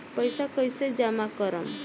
पैसा कईसे जामा करम?